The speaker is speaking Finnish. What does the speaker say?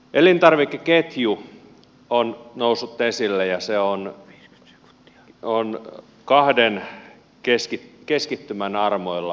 elintarvikeketju on noussut esille ja se on kahden keskittymän armoilla